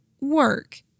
work